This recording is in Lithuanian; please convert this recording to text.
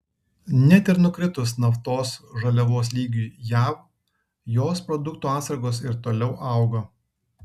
net ir nukritus naftos žaliavos lygiui jav jos produktų atsargos ir toliau augo